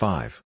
Five